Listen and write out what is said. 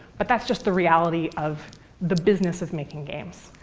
but that's just the reality of the business of making games.